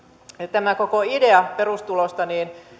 tämä koko idea perustulosta